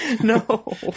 No